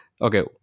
okay